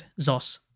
Zos